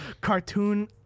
cartoon